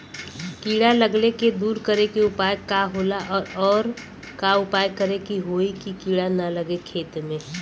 कीड़ा लगले के दूर करे के उपाय का होला और और का उपाय करें कि होयी की कीड़ा न लगे खेत मे?